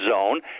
zone